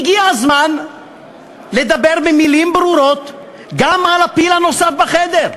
הגיע הזמן לדבר במילים ברורות גם על הפיל הנוסף בחדר: